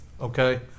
Okay